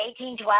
1812